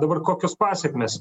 dabar kokios pasekmės